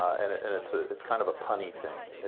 and and it's ah it's kind of a punny thing.